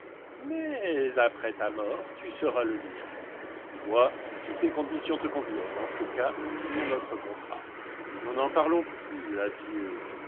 mais après ta mort tu seras le mien vois si ces conditions te conviennent en ce cas signons notre contrat si non n'en parlons plus adieu